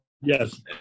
Yes